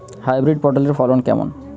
Hybrid পটলের ফলন কেমন?